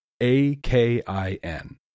A-K-I-N